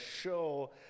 show